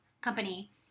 company